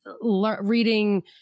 reading